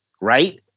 Right